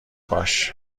باش